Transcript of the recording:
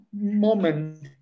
moment